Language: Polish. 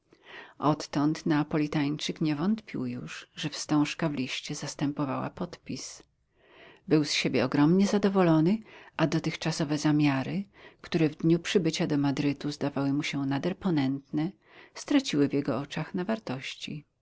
odtąd neapolitańczyk nie wątpił już że wstążka w liście zastępowała podpis był z siebie ogromnie zadowolony a dotychczasowe zamiary które w dniu przybycia do madrytu zdawały mu się nader ponętne straciły w jego oczach na wartości